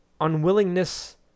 unwillingness